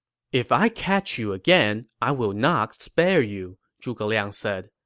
if i catch you again, i will not spare you, zhuge liang said.